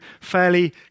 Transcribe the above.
fairly